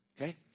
Okay